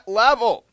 level